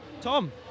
Tom